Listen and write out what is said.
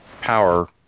power